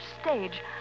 stage